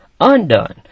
undone